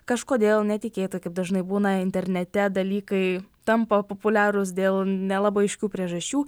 kažkodėl netikėta kaip dažnai būna internete dalykai tampa populiarūs dėl nelabai aiškių priežasčių